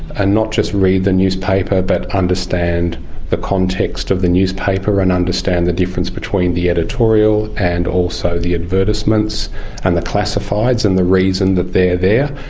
and not just to read the newspaper but understand the context of the newspaper and understand the difference between the editorial and also the advertisements and the classifieds and the reason that they're there.